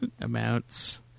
amounts